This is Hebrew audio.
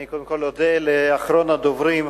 אני קודם כול אודה לאחרון הדוברים,